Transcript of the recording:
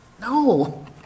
No